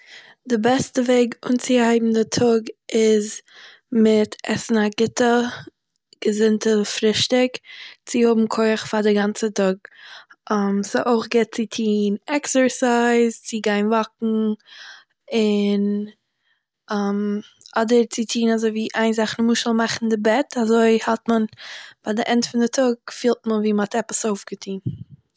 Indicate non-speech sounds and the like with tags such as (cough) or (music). די בעסטע וועג אנצוהייבן די טאג איז, מיט עסן א גוטע געזונטע פרישטיג, צו האבן כח פאר די גאנצע טאג, (hesitation) ס'איז אויך גוט צו טוהן עקסערסייז, צו גיין וואקן אין (hesitation) אדער צו טוהן אזויווי איין זאך למשל, מאכן די בעט, אזוי האלט מען ביי די ענד פון די טאג פילט מען ווי מ'האט עפעס אויפגעטוהן